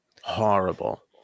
Horrible